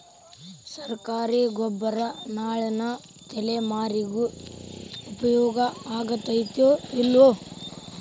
ಸರ್ಕಾರಿ ಗೊಬ್ಬರ ನಾಳಿನ ತಲೆಮಾರಿಗೆ ಉಪಯೋಗ ಆಗತೈತೋ, ಇಲ್ಲೋ?